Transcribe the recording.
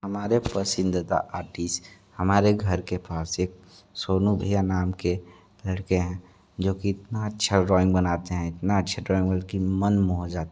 हमारे पसंदीदा आर्टिस्ट हमारे घर के पास एक सोनू भैया नाम के लड़के हैं जो की इतना अच्छा ड्राइंग बनाते हैं इतना अच्छे ड्राइंग की मन हो जाता है